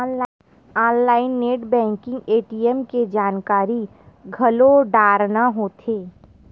online net banking ATM के जानकारी घलो डारना होथे